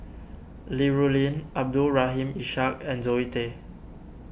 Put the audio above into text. Li Rulin Abdul Rahim Ishak and Zoe Tay